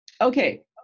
Okay